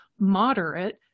moderate